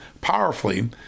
powerfully